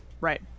Right